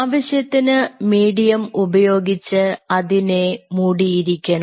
ആവശ്യത്തിന് മീഡിയം ഉപയോഗിച്ച് അതിനെ മൂടിയിരിക്കണം